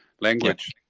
language